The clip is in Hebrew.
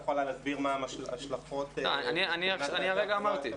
היא יכולה להסביר מה ההשלכות מבחינת --- אני הרגע אמרתי.